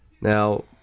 Now